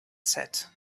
said